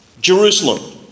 Jerusalem